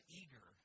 eager